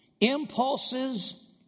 impulses